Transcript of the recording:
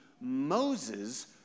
Moses